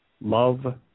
Love